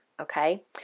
okay